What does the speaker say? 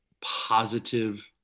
positive